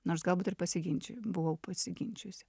nors galbūt ir pasiginčiju buvau pasiginčyjusi